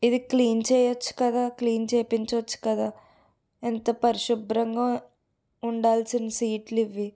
ఇది క్లీన్ చేయొచ్చు కదా క్లీన్ చేపించచ్చు కదా ఎంత పరిశుభ్రంగా ఉండాల్సిన సీట్లు ఇవి